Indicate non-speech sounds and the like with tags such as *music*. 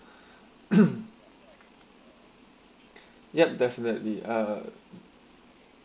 *coughs* yup definitely ah